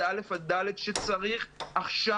לא צריך לעשות